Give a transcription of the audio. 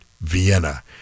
Vienna